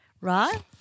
right